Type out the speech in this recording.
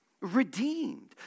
redeemed